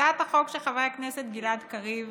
הצעת החוק של חבר הכנסת גלעד קריב